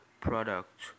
product